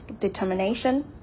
determination